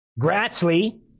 Grassley